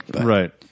Right